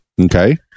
Okay